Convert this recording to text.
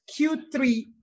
Q3